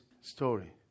story